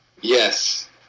yes